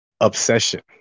obsession